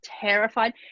terrified